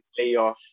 playoff